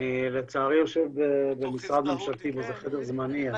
אני לצערי יושב במשרד ממשלתי וזה חדר זמני.